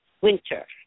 winter